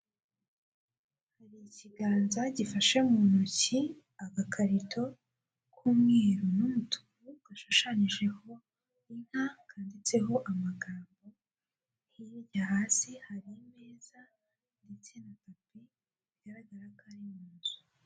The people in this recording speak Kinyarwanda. Hari ikiganza gifashe mu ntoki agakarito k'umweru n'umutuku gashushanyijeho inka kanditseho amagambo hirya hasi hari imeza ndetse na tapi bigaragara ko ari mu nzu.